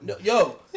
Yo